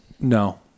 No